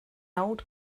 old